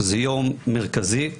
זה יום מרכזי וחשוב,